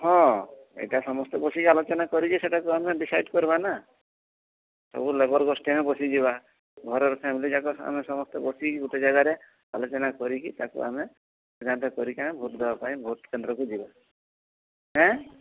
ହଁ ଏଇଟା ସମସ୍ତେ ବସିକି ଆଲୋଚନା କରିକି ସେଇଟାକୁ ଆମେ ଡିସାଇଡ୍ କରିବାନା ସବୁ ଲେବର୍ ଗୋଷ୍ଠୀମାନେ ବସିଯିବା ଘରର ଫ୍ୟାମିଲିଯାକ ଆମେ ସମସ୍ତେ ବସିକି ଗୋଟେ ଜାଗାରେ ଆଲୋଚନା କରିକି ତାକୁ ଆମେ କରିକି ଆମେ ଭୋଟ୍ ଦେବା ପାଇଁ ଭୋଟ୍ କେନ୍ଦ୍ରକୁ ଯିବା ଏଁ